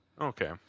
Okay